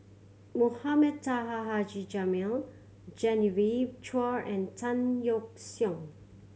Mohamed Taha Haji Jamil Genevieve Chua and Tan Yeok Seong